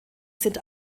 sind